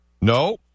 No